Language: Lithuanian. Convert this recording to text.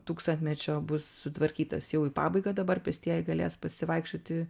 tūkstantmečio bus sutvarkytas jau į pabaigą dabar pėstieji galės pasivaikščioti